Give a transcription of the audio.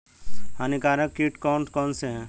हानिकारक कीट कौन कौन से हैं?